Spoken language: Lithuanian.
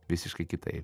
visiškai kitaip